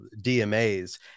DMAs